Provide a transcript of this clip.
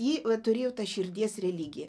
ji turėjo tą širdies religiją